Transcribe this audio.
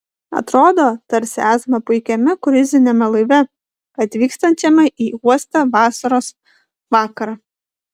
atrodo tarsi esame puikiame kruiziniame laive atvykstančiame į uostą vasaros vakarą